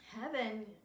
heaven